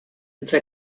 entre